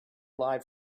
live